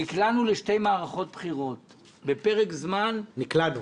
נקלענו לשתי מערכות בחירות בפרק זמן --- נקלענו.